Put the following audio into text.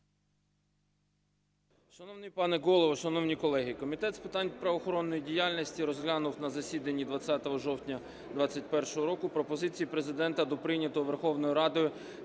Шановний пане Голово, шановні колеги! Комітет з питань правоохоронної діяльності розглянув на засіданні 20 жовтня 2021 року пропозиції Президента до прийнятого Верховною Радою